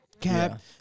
cap